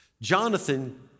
Jonathan